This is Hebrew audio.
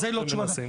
הייתי מספיק פעמים,